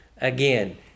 again